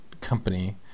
company